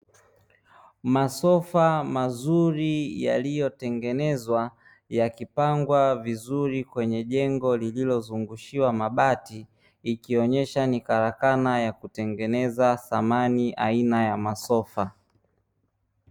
Masofa mazuri yaliyotengenezwa yakipangwa vizuri kwenye jengo, lililozungushiwa mabati ikionekana ni karakana ya kutengeneza samani aina ya masofa.